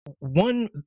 one